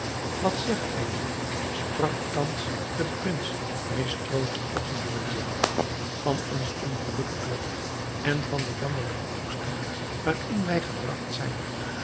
wat zegt gij nu sprak thans de prins mistroostig tot den juwelier van ons ongelukkig lot en van den jammerlijken toestand waarin wij gebragt zijn